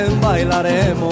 bailaremos